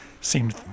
seemed